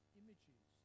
images